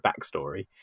backstory